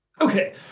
Okay